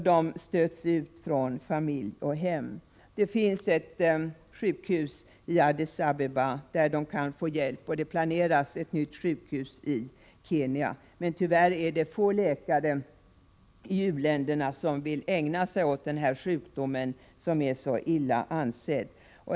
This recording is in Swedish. De stöts ut från familj och hem. Det finns ett sjukhus i Addis Abeba, där de kan få hjälp, och det planeras ett nytt sjukhus i Kenya men tyvärr är det få läkare i u-länderna som vill ägna sig åt denna sjukdom, som alltså är mycket illa ansedd.